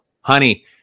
honey